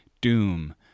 doom